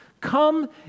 come